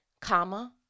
Comma